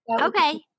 Okay